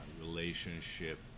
relationship